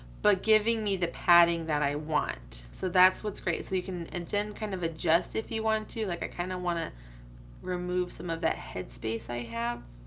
but giving me the padding that i want, so that's what's great, so you can and then kind of adjust if you want to, like i kind of want to remove some of that head space i have